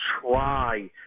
try